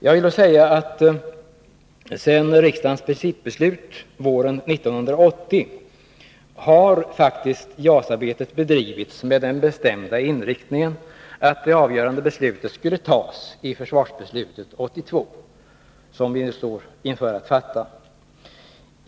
Jag vill då säga att sedan riksdagen fattade principbeslutet våren 1980 har faktiskt JAS-arbetet bedrivits med den bestämda inriktningen att det avgörande beslutet skulle tas i samband med försvarsbeslutet 1982, som vi nu står inför att fatta.